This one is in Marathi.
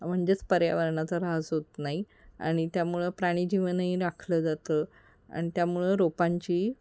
म्हणजेच पर्यावरणाचा ऱ्हास होत नाही आणि त्यामुळं प्राणी जीवनही राखलं जातं आणि त्यामुळं रोपांची